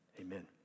amen